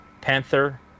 panther